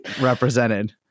represented